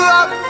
up